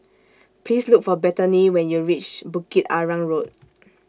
Please Look For Bethany when YOU REACH Bukit Arang Road